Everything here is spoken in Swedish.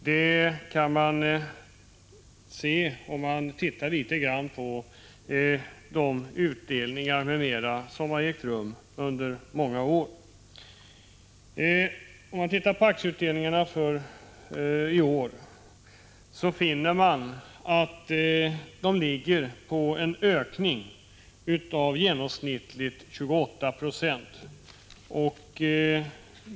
Det framgår om man tittar litet grand på de utdelningar m.m. som har ägt rum under många år. Och om man tittar på aktieutdelningarna för i år, så finner man att det varit en ökning med i genomsnitt 28 26.